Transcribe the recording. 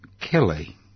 Kelly